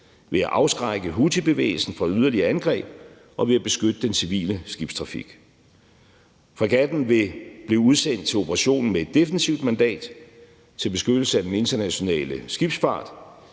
ved at afskrække houthibevægelsen fra yderligere angreb og ved at beskytte den civile skibstrafik. Fregatten vil blive udsendt til operationen med et defensivt mandat til beskyttelse af den internationale skibsfart.